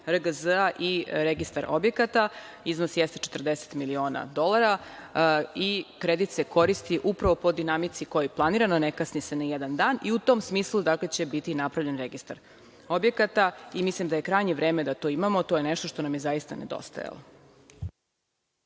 RGZ-a i Registra objekata. Iznos jeste 40 miliona dolara i kredit se koristi upravo po dinamici koja je planirana, ne kasni se nijedan dan. U tom smislu će biti napravljen registar objekata i mislim da je krajnje vreme da to imamo. To je nešto što nam je zaista nedostajalo.